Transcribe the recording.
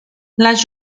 las